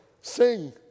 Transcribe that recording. sing